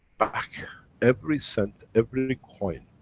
back every cent, every coin,